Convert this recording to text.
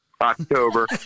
October